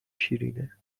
شیرینه